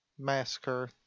Massacre